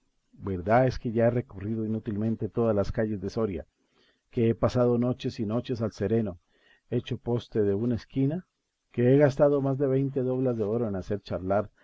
verdad es que ya he recorrido inútilmente todas las calles de soria que he pasado noches y noches al sereno hecho poste de una esquina que he gastado más de veinte doblas de oro en hacer charlar